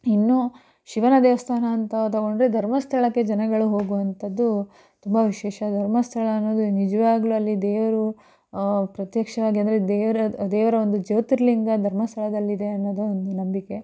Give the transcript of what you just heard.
ಇನ್ನೂ ಶಿವನ ದೇವಸ್ಥಾನ ಅಂತ ತಗೊಂಡರೆ ಧರ್ಮಸ್ಥಳಕ್ಕೆ ಜನಗಳು ಹೋಗುವಂಥದ್ದು ತುಂಬ ವಿಶೇಷ ಧರ್ಮಸ್ಥಳ ಅನ್ನೋದು ನಿಜವಾಗ್ಲೂ ಅಲ್ಲಿ ದೇವರು ಪ್ರತ್ಯಕ್ಷವಾಗಿ ಅಂದರೆ ದೇವ್ರು ದೇವರ ಒಂದು ಜ್ಯೋತಿರ್ಲಿಂಗ ಧರ್ಮಸ್ಥಳದಲ್ಲಿದೆ ಅನ್ನೋದು ಒಂದು ನಂಬಿಕೆ